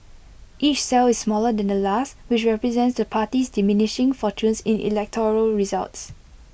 each cell is smaller than the last which represents the party's diminishing fortunes in electoral results